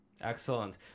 Excellent